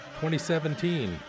2017